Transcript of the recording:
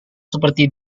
seperti